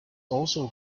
also